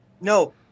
No